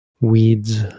weeds